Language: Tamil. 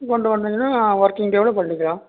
கொண்டு வந்தீங்கன்னா ஒர்க்கிங் டேவில் பண்ணிக்கலாம்